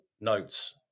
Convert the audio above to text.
notes